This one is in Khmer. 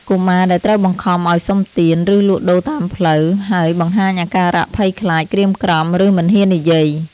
កុមារដែលត្រូវបង្ខំឲ្យសុំទាន ឬលក់ដូរតាមផ្លូវ ហើយបង្ហាញអាការៈភ័យខ្លាច ក្រៀមក្រំ ឬមិនហ៊ាននិយាយ។